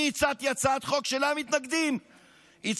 אני הצעתי הצעת חוק שמתנגדים לה,